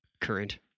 current